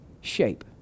shape